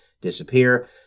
disappear